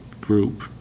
group